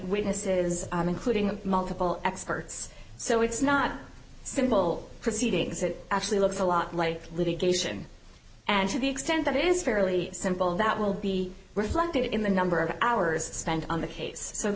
witnesses including multiple experts so it's not simple proceedings it actually looks a lot like litigation and to the extent that it is fairly simple that will be reflected in the number of hours spent on the case so the